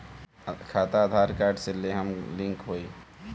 खाता आधार कार्ड से लेहम लिंक होई?